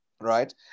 Right